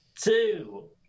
two